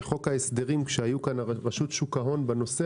בתוך חוק ההסדרים שהיו כאן רשות שוק ההון בנושא